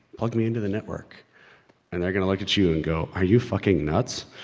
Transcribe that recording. plug me into the network and they're gonna look at you and go are you fucking nuts.